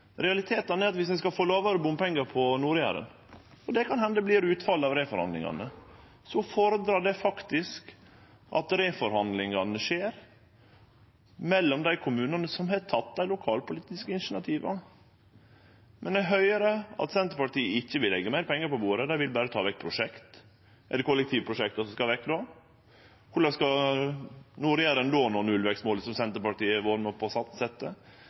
Realitetane er at viss ein skal få lågare bompengetakstar på Nord-Jæren – og det vert kan hende utfallet av reforhandlingane – fordrar det faktisk at reforhandlingane skjer mellom dei kommunane som har teke dei lokalpolitiske initiativa. Men eg høyrer at Senterpartiet ikkje vil leggje meir pengar på bordet. Dei vil berre ta vekk prosjekt. Er det kollektivprosjekta som skal vekk? Korleis skal Nord-Jæren då nå nullvekstmålet som Senterpartiet har vore med på å